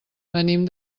venim